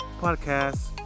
podcast